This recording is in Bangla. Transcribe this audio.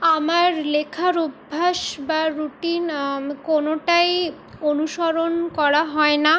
আমার লেখার অভ্যাস বা রুটিন কোনোটাই অনুসরণ করা হয় না